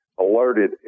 alerted